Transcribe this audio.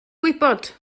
gwybod